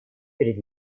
перед